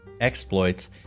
exploits